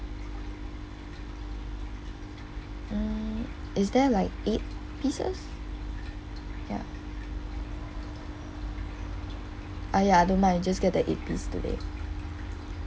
mm is there like eight pieces ya ah ya I don't mind just get the eight piece today